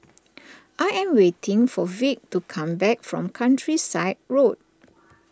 I am waiting for Vic to come back from Countryside Road